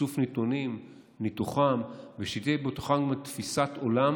איסוף נתונים, ניתוחם, ושתהיה בתוכם תפיסת עולם